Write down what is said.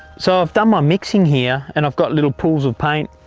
so i've done my mixing here, and i've got little pools of paint.